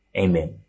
Amen